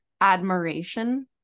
admiration